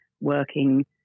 working